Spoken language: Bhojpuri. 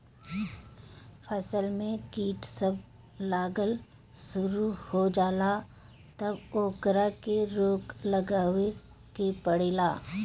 फसल में कीट जब लागल शुरू हो जाला तब ओकरा के रोक लगावे के पड़ेला